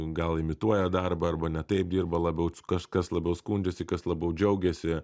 gal imituoja darbą arba ne taip dirba labiau kažkas labiau skundžiasi kas labiau džiaugiasi